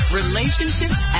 relationships